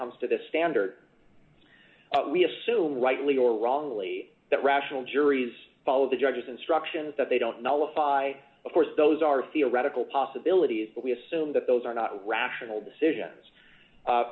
comes to the standard we assume rightly or wrongly that rational juries follow the judge's instructions that they don't know if by of course those are theoretical possibilities but we assume that those are not rational decisions